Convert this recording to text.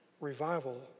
revival